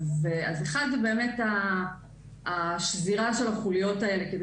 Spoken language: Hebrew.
אז אחד זה באמת השבירה של החוליות האלה כדי